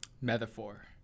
Metaphor